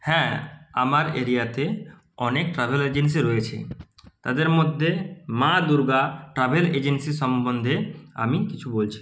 হ্যাঁ আমার এরিয়াতে অনেক ট্রাভেল এজেন্সি রয়েছে তাদের মধ্যে মা দুর্গা ট্রাভেল এজেন্সি সম্বন্ধে আমি কিছু বলছি